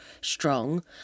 strong